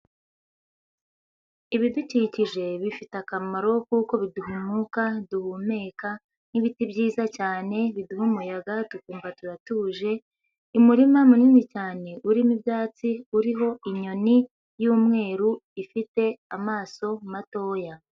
Ibidukikije bifite akamaro kuko biduha umwuka duhumeka, nk'ibiti byiza cyane biduha umuyaga tukumva turatuje, umurima munini cyane urimo ibyatsi, uriho inyoni y'umweru ifite amaso matoya.